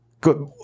Good